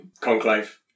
Conclave